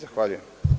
Zahvaljujem.